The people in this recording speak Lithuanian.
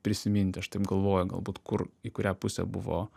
prisiminti aš taip galvoju galbūt kur į kurią pusę buvo